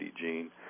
gene